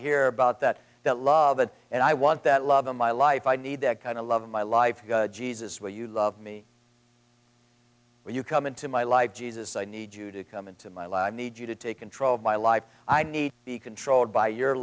hear about that that love it and i want that love in my life i need that kind of love in my life jesus where you love me when you come into my life jesus i need you to come into my life need you to take control of my life i need be controlled by your